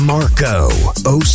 Marco